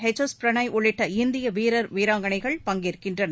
H S Prannoy உள்ளிட்ட இந்திய வீரர் வீராங்கனைகள் பங்கேற்கின்றனர்